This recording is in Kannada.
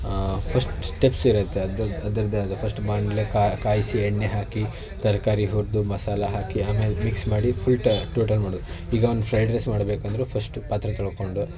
ಫಸ್ಟ್ ಸ್ಟೆಪ್ಸ್ ಇರುತ್ತೆ ಅದ್ರದ್ದು ಅದ್ರದ್ದೇ ಆದ ಫಸ್ಟ್ ಬಾಣಲೆ ಕಾಯಿಸಿ ಎಣ್ಣೆ ಹಾಕಿ ತರಕಾರಿ ಹುರಿದು ಮಸಾಲ ಹಾಕಿ ಆಮೇಲೆ ಮಿಕ್ಸ್ ಮಾಡಿ ಮಾಡಬೇಕು ಈಗ ಒಂದು ಫ್ರೈಡ್ ರೈಸ್ ಮಾಡ್ಬೇಕೆಂದ್ರು ಫಸ್ಟ್ ಪಾತ್ರೆ ತೊಳ್ಕೊಂಡು